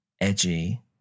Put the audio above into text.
edgy